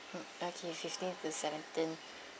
okay fifteen to seventeen